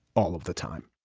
all of the time